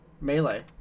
melee